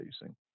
facing